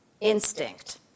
instinct